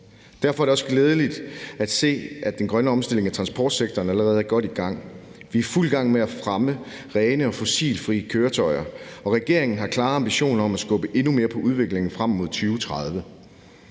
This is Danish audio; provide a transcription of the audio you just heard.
Derfor er det også glædeligt at se, at den grønne omstilling af transportsektoren allerede er godt i gang. Vi er i fuld gang med at fremme rene og fossilfri køretøjer, og regeringen har klare ambitioner om at skubbe endnu mere på udviklingen frem mod 2030.